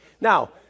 Now